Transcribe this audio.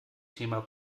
thema